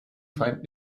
feind